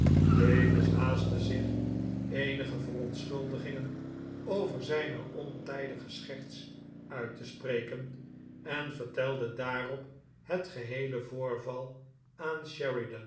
davis haastte zich eenige verontschuldigingen over zijne ontijdige scherts uit te spreken en vertelde daarop het geheele voorval aan